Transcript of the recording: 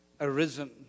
arisen